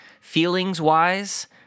feelings-wise